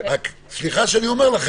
רק שאנחנו,